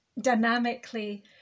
dynamically